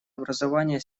образования